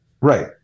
Right